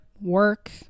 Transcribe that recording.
work